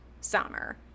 summer